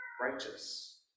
righteous